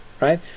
right